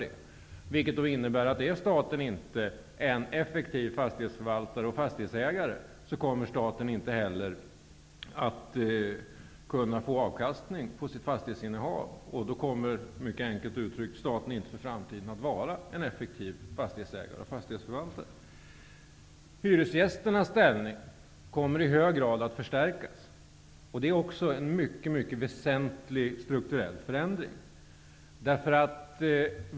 Detta innebär alltså, att om staten inte är en effektiv fastighetsförvaltare och fastighetsägare, kommer staten inte heller att kunna få avkastning på sitt fastighetsinnehav, och då kommer, mycket enkelt uttryckt, staten i framtiden inte att vara en effektiv fastighetsägare och fastighetsförvaltare. Hyresgästernas ställning kommer i hög grad att förstärkas. Även det är en mycket mycket väsentlig strukturell förändring.